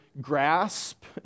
grasp